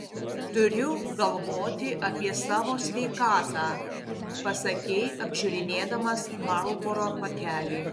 turiu galvoti apie savo sveikatą pasakei apžiūrinėdamas marlboro pakelį